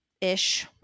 ish